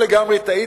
לא לגמרי טעיתי,